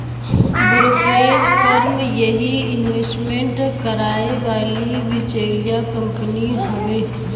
brokerage firm यही investment कराए वाली बिचौलिया कंपनी हउवे